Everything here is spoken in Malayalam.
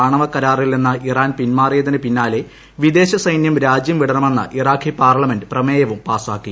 ആണവകരാറിൽ നിന്ന് ഇറാൻ പിന്മാറിയതിന് പിന്നാലെ വിദേശ സൈന്യം രാജ്യം വിടണമെന്ന് ഇറാഖി പാർലമെന്റ് പ്രമേയവും പാസാക്കി